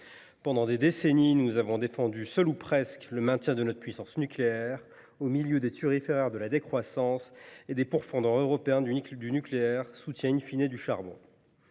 Pendant des décennies, nous avons défendu, seuls ou presque, le maintien de notre puissance nucléaire, au milieu des thuriféraires de la décroissance et des pourfendeurs européens du nucléaire, soutiens, en fait, du charbon.